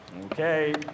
Okay